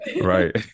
right